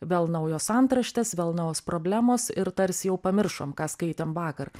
vėl naujos antraštės vėl naujos problemos ir tarsi jau pamiršom ką skaitėm vakar